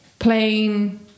plain